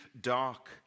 dark